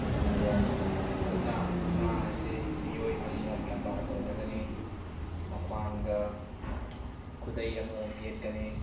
ꯑꯗꯨꯒ ꯃꯨꯛꯅꯥ ꯃꯨꯛꯅꯥ ꯑꯁꯤ ꯃꯤꯑꯣꯏ ꯑꯃꯃꯝ ꯂꯝꯕꯥ ꯇꯧꯅꯒꯅꯤ ꯃꯈ꯭ꯋꯥꯡꯗ ꯈꯨꯗꯩ ꯑꯃꯃꯝ ꯌꯦꯠꯀꯅꯤ